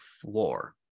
floor